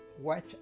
watch